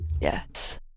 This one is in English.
Yes